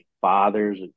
father's